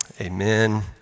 amen